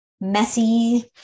messy